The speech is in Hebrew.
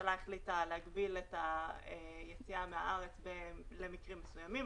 הממשלה החליטה להגביל את היציאה מהארץ ולאפשר אותה רק למקרים מסוימים,